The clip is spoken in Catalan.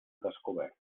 descobert